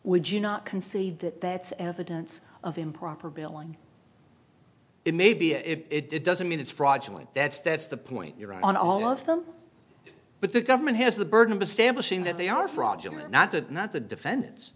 would you not concede that that's evidence of improper billing it maybe it doesn't mean it's fraudulent that's that's the point you're on all of them but the government has the burden of establishing that they are fraudulent not that not the defen